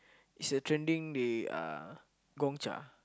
is a trending they uh Gongcha